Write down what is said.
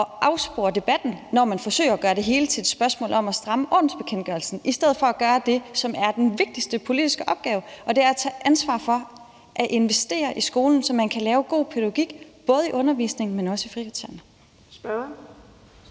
at afspore debatten, når man forsøger at gøre det hele til et spørgsmål om at stramme ordensbekendtgørelsen i stedet for at gøre det, som er den vigtigste politiske opgave, og det er at tage ansvar for at investere i skolen, så man kan lave god pædagogik, både i undervisningen, men også i frikvartererne.